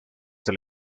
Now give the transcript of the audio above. del